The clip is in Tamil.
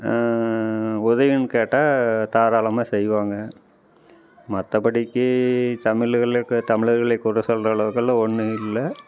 உதவின்னு கேட்டா தாராளமாக செய்வாங்க மற்றபடிக்கி தமிழர்களே தமிழர்களே குறை சொல்லுகிற அளவுக்கு எல்லாம் ஒன்றும் இல்லை